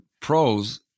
pros